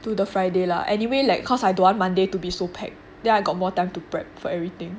to the friday lah anyway like cause I don't want monday to be so pack then I got more time to prepare for everything